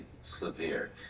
severe